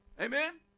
Amen